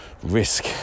risk